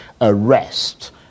arrest